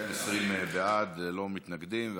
20 בעד, ללא מתנגדים.